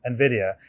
NVIDIA